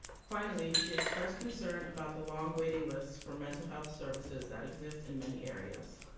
finally, she expressed concern about the long waiting lists for mental health services that exist in many areas.